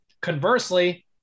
Conversely